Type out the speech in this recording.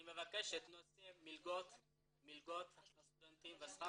אני מבקש את נושא מילגות הסטודנטים ושכר